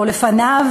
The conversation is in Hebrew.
או לפניו,